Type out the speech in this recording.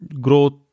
growth